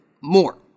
more